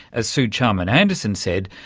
as suw charman-anderson said,